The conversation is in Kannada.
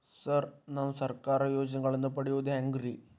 ಸರ್ ನಾನು ಸರ್ಕಾರ ಯೋಜೆನೆಗಳನ್ನು ಪಡೆಯುವುದು ಹೆಂಗ್ರಿ?